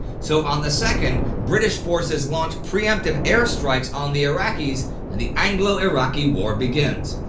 so on the second, british forces launch pre-emptive air strikes on the iraqis and the anglo-iraqi war begins.